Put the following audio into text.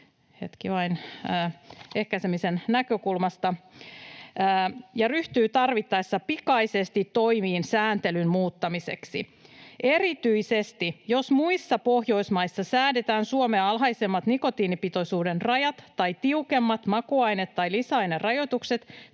nuorisokäytön ehkäisemisen näkökulmasta ja ryhtyy tarvittaessa pikaisesti toimiin sääntelyn muuttamiseksi. Erityisesti, jos muissa Pohjoismaissa säädetään Suomea alhaisemmat nikotiinipitoisuuden rajat tai tiukemmat makuaine- tai lisäainerajoitukset,